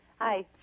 Hi